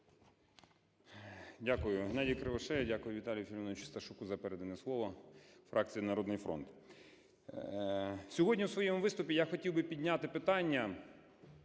Дякую. ГеннадійКривошея. Дякую Віталію Филимоновичу Сташуку за передане слово. Фракція "Народний фронт". Сьогодні у своєму виступі я хотів би підняти питання